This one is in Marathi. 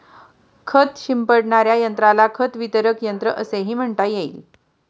खत शिंपडणाऱ्या यंत्राला खत वितरक यंत्र असेही म्हणता येईल